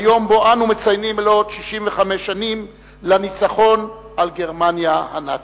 ביום שבו אנו מציינים מלאות 65 שנים לניצחון על גרמניה הנאצית.